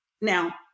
Now